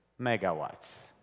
megawatts